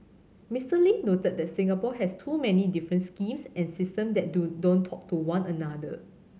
Mister Lee noted that Singapore has too many different schemes and system that do don't talk to one another